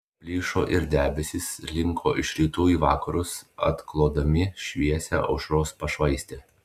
plyšo ir debesys slinko iš rytų į vakarus atklodami šviesią aušros pašvaistę